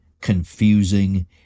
confusing